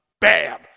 bam